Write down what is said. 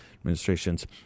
administrations